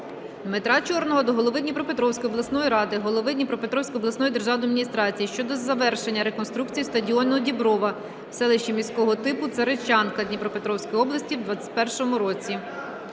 Дмитра Чорного до голови Дніпропетровської обласної ради, голови Дніпропетровської обласної державної адміністрації щодо завершення реконструкції стадіону "Діброва" в селищі міського типу Царичанка Дніпропетровської області в 2021 році.